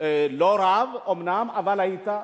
לא רבה אומנם, אבל היית.